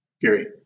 Gary